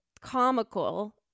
comical